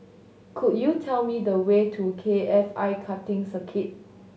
could you tell me the way to K F I Karting Circuit